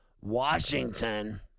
Washington